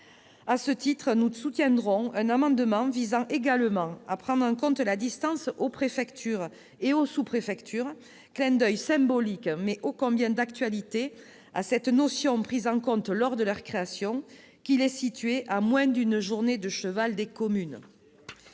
À ce titre, nous soutiendrons un amendement visant également à prendre en compte la distance aux préfectures et sous-préfectures, clin d'oeil symbolique, mais ô combien d'actualité, à l'idée qui prévalait lors de leur création, celles-ci devant être situées à moins d'une journée de cheval des communes.